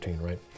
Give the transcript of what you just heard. right